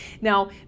Now